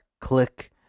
click